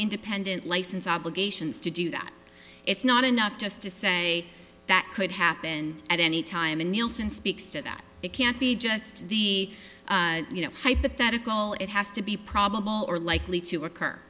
independent license obligations to do that it's not enough just to say that could happen at any time and nielsen speaks to that it can't be just be you know hypothetical it has to be probable or likely to occur